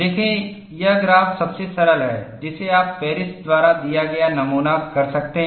देखें यह ग्राफसबसे सरल है जिसे आप पेरिस द्वारा दिया गया नमूना कर सकते हैं